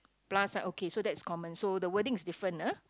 plus sign okay so that's common so the wording is different ah